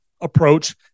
approach